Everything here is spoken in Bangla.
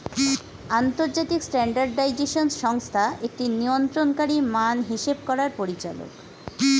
আন্তর্জাতিক স্ট্যান্ডার্ডাইজেশন সংস্থা একটি নিয়ন্ত্রণকারী মান হিসেব করার পরিচালক